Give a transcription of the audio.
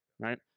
right